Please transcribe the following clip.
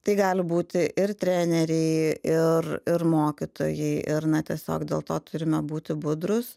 tai gali būti ir treneriai ir ir mokytojai ir na tiesiog dėl to turime būti budrūs